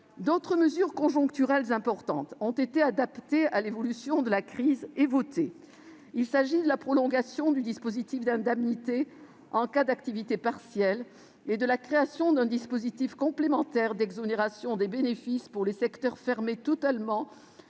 D'autres mesures conjoncturelles importantes ont été adaptées à l'évolution de la crise et votées. Il s'agit de la prolongation du dispositif d'indemnité en cas d'activité partielle et de la création d'un dispositif complémentaire d'exonération des bénéfices pour les secteurs fermés totalement